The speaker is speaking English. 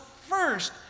first